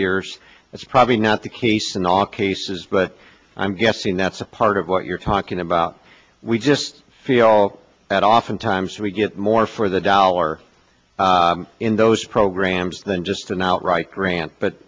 years that's probably not the case in all cases but i'm guessing that's a part of what you're talking about we just feel that oftentimes we get more for the dollar in those programs than just an outright grant but